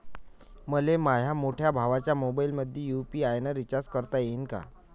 मले माह्या मोठ्या भावाच्या मोबाईलमंदी यू.पी.आय न रिचार्ज करता येईन का?